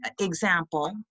example